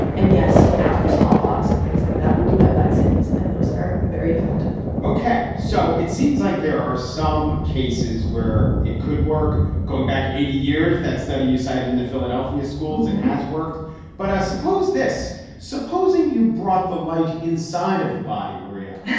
and yes. now for smallpox and things like that, we do have vaccines and those are very effective ok, so it seems like there are some cases where it could work going back eighty years, that study you cited in the philadelphia schools and has worked but i suppose this supposing you brought the light inside of the body, maria,